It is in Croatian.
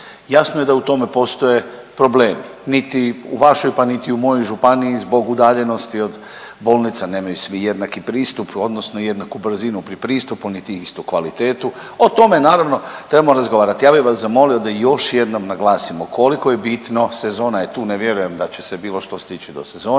Jasno je da u tome postoje problemi. Niti u vašoj, pa niti u mojoj županiji zbog udaljenosti od bolnica nemaju svi jednaki pristup, odnosno jednaku brzinu pri pristupu, niti istu kvalitetu. O tome naravno trebamo razgovarati. Ja bih vas zamolio da još jednom naglasimo koliko je bitno, sezona je tu, ne vjerujem da će se bilo što stići do sezone